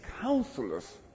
counselors